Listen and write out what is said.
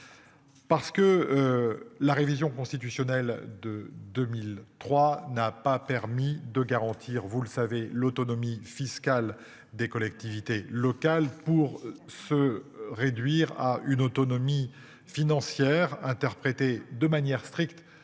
Parce que. La révision constitutionnelle de 2003 n'a pas permis de garantir, vous le savez l'autonomie fiscale des collectivités locales pour se réduire à une autonomie financière interprétés de manière stricte